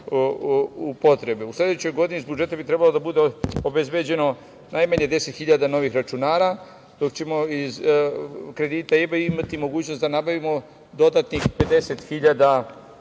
U sledećoj godini iz budžeta bi trebalo da bude obezbeđeno najmanje 10.000 novih računara. Iz kredita treba imati mogućnost da nabavimo dodatnih 20.000 računara.